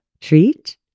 treat